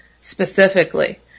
specifically